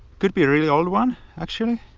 could be really old one actually.